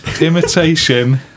imitation